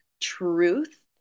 truth